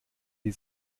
die